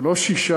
זה לא שישה,